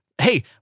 Hey